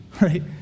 right